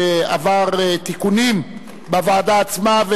שעבר תיקונים בוועדה עצמה,